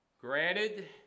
Granted